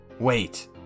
Wait